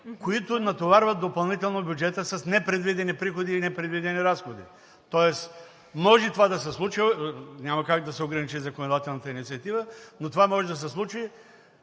които натоварват допълнително бюджета с непредвидени приходи и непредвидени разходи. Тоест може това да се случи, няма как да се ограничи законодателната инициатива, но това може да се случи,